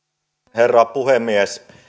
herra puhemies